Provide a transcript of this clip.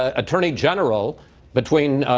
ah attorney general between,